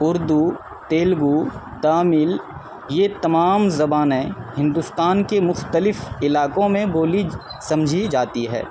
اردو تیلگو تامل یہ تمام زبانیں ہندوستان کے مختلف علاقوں میں بولی سمجھی جاتی ہیں